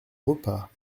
repas